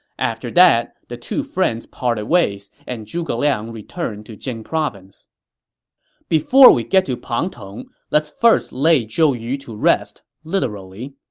after that, the two friends parted ways, and zhuge liang returned to jing province before we get to pang tong, let's first lay zhou yu to rest, literally.